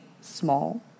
small